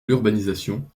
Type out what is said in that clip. l’urbanisation